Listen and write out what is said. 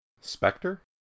Spectre